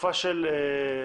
לתקופה של כמה?